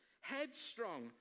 headstrong